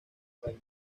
país